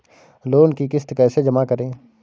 Loan की किश्त कैसे जमा करें?